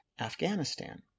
Afghanistan